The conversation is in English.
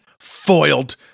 foiled